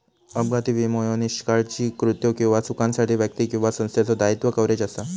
अपघाती विमो ह्यो निष्काळजी कृत्यो किंवा चुकांसाठी व्यक्ती किंवा संस्थेचो दायित्व कव्हरेज असा